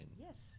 Yes